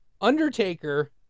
Undertaker